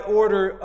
order